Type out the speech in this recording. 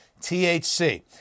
THC